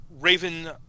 Raven